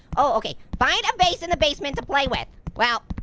okay. find a vase in the basement to play with. well,